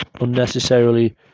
unnecessarily